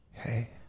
Hey